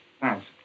Thanks